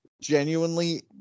Genuinely